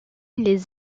les